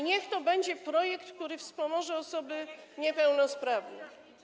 Niech to będzie projekt, który wspomoże osoby niepełnosprawne.